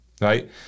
right